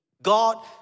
God